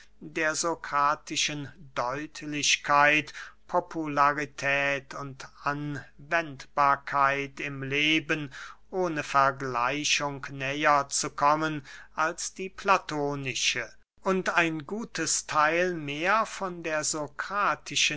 der sokratischen deutlichkeit popularität und anwendbarkeit im leben ohne vergleichung näher zu kommen als die platonische und ein gutes theil mehr von der